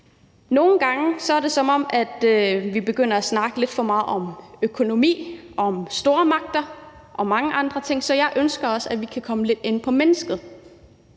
Nogle gange er det, som om vi begynder at snakke lidt for meget om økonomi, om stormagter og mange andre ting, men jeg ønsker også, at vi kan komme lidt ind på mennesket.